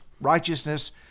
righteousness